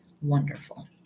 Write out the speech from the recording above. Wonderful